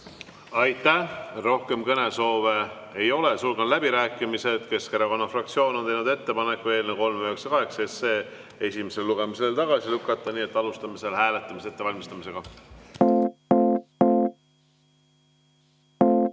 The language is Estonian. Aitäh! Rohkem kõnesoove ei ole. Sulgen läbirääkimised. Keskerakonna fraktsioon on teinud ettepaneku eelnõu 398 esimesel lugemisel tagasi lükata, nii et alustame selle hääletamise ettevalmistamist.